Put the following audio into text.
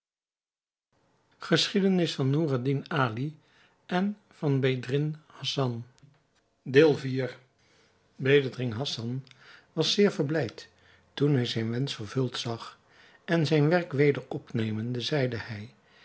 verzoek van bedreddin te weerstreven met agib den winkel binnen bedreddin hassan was zeer verblijd toen hij zijn wensch vervuld zag en zijn werk weder opnemende zeide hij